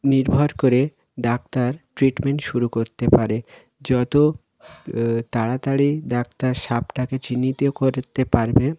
নির্ভর করে doctor treatment শুরু করতে পারে যত তাড়াতাড়ি ডাক্তার সাপটাকে চিহ্নিত করতে পারবে